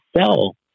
sell